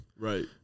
Right